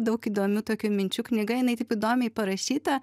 daug įdomių tokių minčių knyga jinai taip įdomiai parašyta